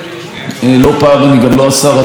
אני חושב שזה לא נכון להתנהל כך.